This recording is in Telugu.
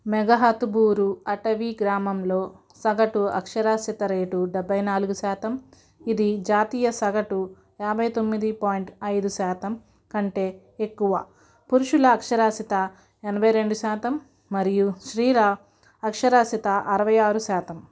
మెగాహతుబురు అటవీ గ్రామంలో సగటు అక్షరాస్యత రేటు డెబ్భై నాలుగు శాతం ఇది జాతీయ సగటు యాభైతొమ్మిది పాయింట్ ఐదు శాతం కంటే ఎక్కువ పురుషుల అక్షరాస్యత ఎనభై రెండు శాతం మరియు స్త్రీల అక్షరాస్యత అరవై ఆరు శాతం